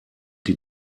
die